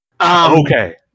Okay